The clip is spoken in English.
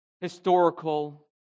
historical